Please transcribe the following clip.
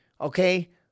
okay